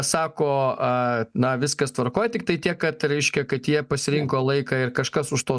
sako a na viskas tvarkoj tiktai tiek kad reiškia kad jie pasirinko laiką ir kažkas už to